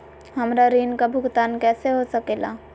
हमरा ऋण का भुगतान कैसे हो सके ला?